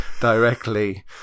directly